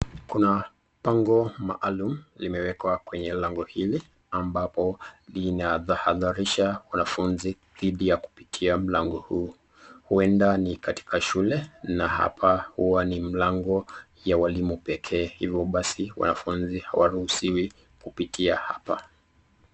Kuna bango maalum limemekwa kwenye lango hili ambapo linatahatharisha wanafunzi dhidi ya kupitia mlango huu. Huenda ni katika shule na hapa huwa ni mlango ya walimu pekee, hivyo basi wanafunzi hawaruhusiwi kupitia hapa.